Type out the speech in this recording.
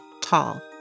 tall